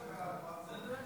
יינות ואלכוהול.